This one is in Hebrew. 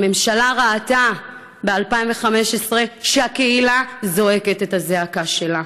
הממשלה ראתה ב-2015 שהקהילה זועקת את הזעקה שלה.